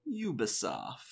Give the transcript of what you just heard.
Ubisoft